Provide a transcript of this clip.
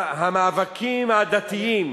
המאבקים העדתיים